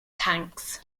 tanks